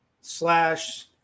slash